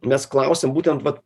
nes klausiam būtent va